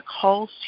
calls